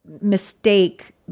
mistake